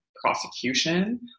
prosecution